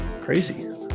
crazy